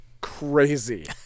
Crazy